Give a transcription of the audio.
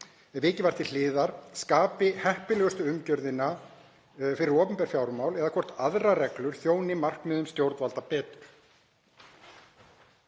sem vikið var til hliðar skapi heppilegustu umgjörðina fyrir opinber fjármál eða hvort aðrar reglur þjóni markmiðum stjórnvalda betur.